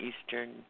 Eastern